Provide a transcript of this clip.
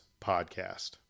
podcast